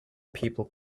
people